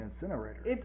Incinerator